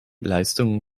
leistungen